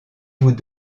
vous